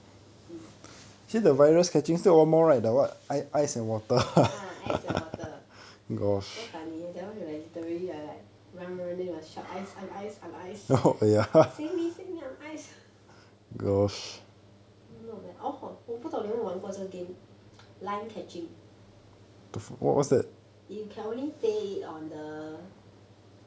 mm ah ice and water so funny that one we were like literally were like run run run then you must shout I'm ice I'm ice I'm ice save me save me I'm ice not very oh 我不懂你有没有玩过这个 game line catching you can only play it on the